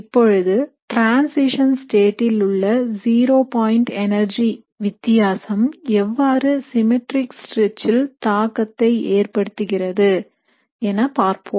இப்பொழுது transition state ல் உள்ள ஜீரோ பாயின்ட் எனர்ஜி வித்தியாசம் எவ்வாறு சிம்மெட்ரிக் ஸ்ட்ரெச் ல் தாக்கத்தை ஏற்படுத்துகிறது என பார்ப்போம்